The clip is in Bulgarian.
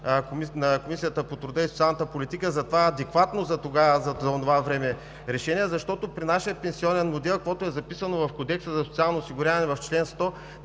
на Комисията по труда и социалната политика за това адекватно за онова време решение, защото при нашия пенсионен модел, каквото е записано в Кодекса за социално осигуряване в чл. 100,